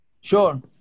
Sure